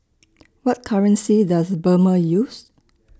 What currency Does Burma use